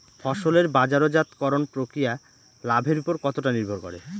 ফসলের বাজারজাত করণ প্রক্রিয়া লাভের উপর কতটা নির্ভর করে?